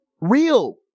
real